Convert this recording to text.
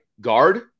guard